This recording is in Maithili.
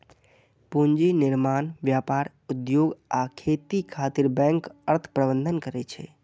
पूंजी निर्माण, व्यापार, उद्योग आ खेती खातिर बैंक अर्थ प्रबंधन करै छै